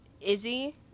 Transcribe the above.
Izzy